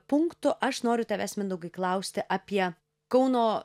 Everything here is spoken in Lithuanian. punktu aš noriu tavęs mindaugai klausti apie kauno